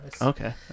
Okay